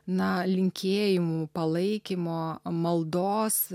na linkėjimų palaikymo maldos